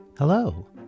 Hello